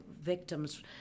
victims